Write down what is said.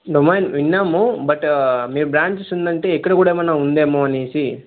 నొమైన్ విన్నాము బట్ మీ బ్రాంచ్స్ ఉందంటే ఇక్కడ కూడా ఏదైనా ఉందేమో అనీ